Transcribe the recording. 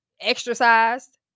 exercised